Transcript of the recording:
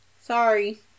Sorry